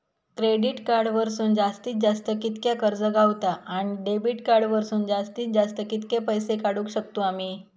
Credit card वरसून जास्तीत जास्त कितक्या कर्ज गावता, आणि डेबिट कार्ड वरसून जास्तीत जास्त कितके पैसे काढुक शकतू आम्ही?